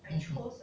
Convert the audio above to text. mm